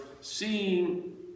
Seeing